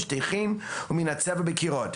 שטיחים ומהצבע בקירות.